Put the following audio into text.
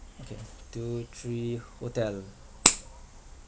okay two three hotel